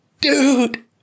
Dude